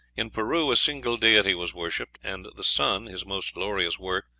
in peru a single deity was worshipped, and the sun, his most glorious work,